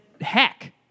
heck